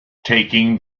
taking